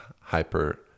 hyper